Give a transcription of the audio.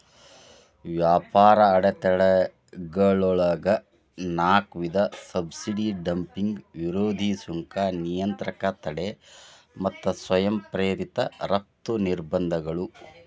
ವ್ಯಾಪಾರ ಅಡೆತಡೆಗಳೊಳಗ ನಾಕ್ ವಿಧ ಸಬ್ಸಿಡಿ ಡಂಪಿಂಗ್ ವಿರೋಧಿ ಸುಂಕ ನಿಯಂತ್ರಕ ತಡೆ ಮತ್ತ ಸ್ವಯಂ ಪ್ರೇರಿತ ರಫ್ತು ನಿರ್ಬಂಧಗಳು